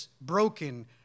broken